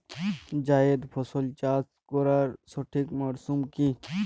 জায়েদ ফসল চাষ করার সঠিক মরশুম কি?